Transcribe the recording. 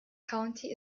county